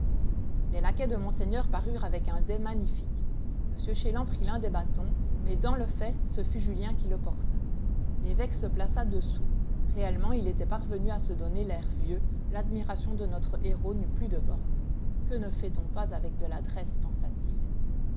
les laquais de monseigneur parurent avec un dais magnifique m chélan prit l'un des bâtons mais dans le fait ce fut julien qui le porta l'évêque se plaça dessous réellement il était parvenu à se donner l'air vieux l'admiration de notre héros n'eut plus de bornes que ne fait-on pas avec de l'adresse pensa-t-il